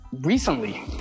recently